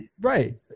right